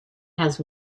has